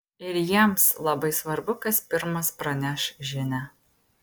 ir jiems labai svarbu kas pirmas praneš žinią